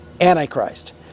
Antichrist